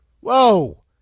Whoa